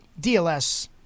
DLS